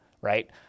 right